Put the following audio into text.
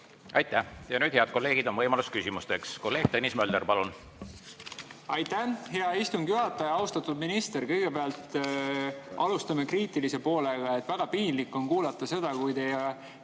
Aitäh! Ja nüüd, head kolleegid, on võimalus küsimusteks. Kolleeg Tõnis Mölder, palun! Aitäh, hea istungi juhataja! Austatud minister! Kõigepealt alustame kriitilise poolega. Väga piinlik on kuulata seda, kui juba